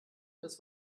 das